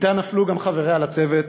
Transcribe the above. אתה נפלו חבריה לצוות: